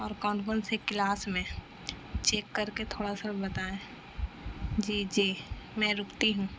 اور کون کون سے کلاس میں چیک کر کے تھوڑا سا بتائیں جی جی میں رکتی ہوں